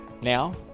Now